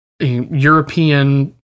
European